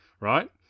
right